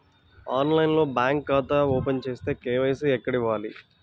ఆన్లైన్లో బ్యాంకు ఖాతా ఓపెన్ చేస్తే, కే.వై.సి ఎక్కడ ఇవ్వాలి?